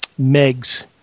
megs